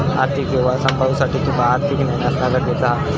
आर्थिक व्यवहार सांभाळुसाठी तुका आर्थिक ज्ञान असणा गरजेचा हा